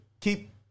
keep